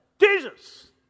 Jesus